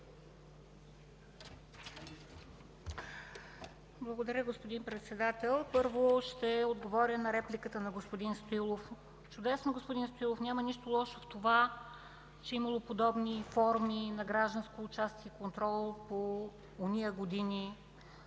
Благодаря, господин Председател. Първо ще отговаря на репликата на господин Стоилов. Чудесно, господин Стоилов, няма нищо лошо в това, че имало подобни форми на гражданско участие и контрол – по онези години,